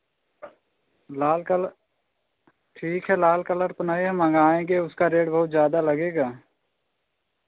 लाल colour ठीक है लाल कलर तो नहीं है मंगाएंगे उसका रेट बहुत ज़्यादा लगेगा